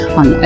on